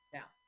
Now